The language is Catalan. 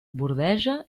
bordeja